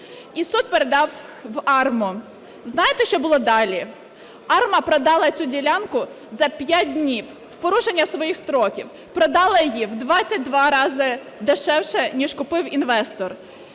і суд передав в АРМА. Знаєте, що було далі? АРМА продала цю ділянку за 5 днів в порушення своїх строків, продала її в 22 рази дешевше, ніж купив інвестор.